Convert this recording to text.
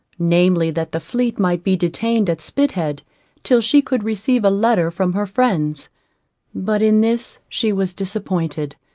namely that the fleet might be detained at spithead till she could receive a letter from her friends but in this she was disappointed,